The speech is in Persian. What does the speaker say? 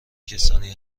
کسانی